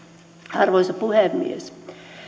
arvoisa puhemies